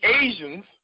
Asians